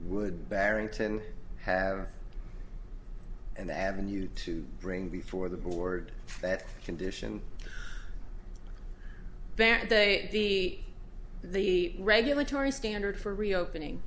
would barrington have an avenue to bring before the board that condition banned the regulatory standard for reopening